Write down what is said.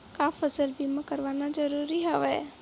का फसल बीमा करवाना ज़रूरी हवय?